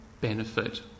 benefit